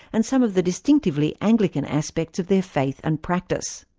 and some of the distinctively anglican aspects of their faith and practice.